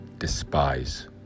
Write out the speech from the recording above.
despise